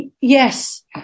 yes